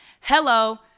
Hello